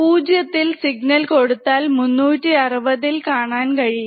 0° ഇൽ സിഗ്നൽ കൊടുത്താൽ 360° യിൽ കാണാൻ കഴിയും